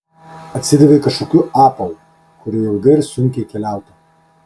atsidavė kažkokiu apavu kuriuo ilgai ir sunkiai keliauta